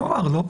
הוא יאמר לא.